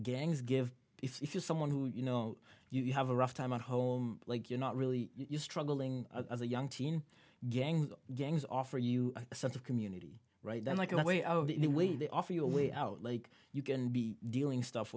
gangs give if you're someone who you know you have a rough time at home like you're not really you struggling as a young teen gang gangs offer you a sense of community right then like a way out of the way they offer you a way out like you can be dealing stuff